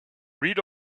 read